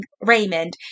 Raymond